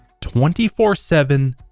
24-7